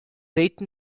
eaten